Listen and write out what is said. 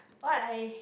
what I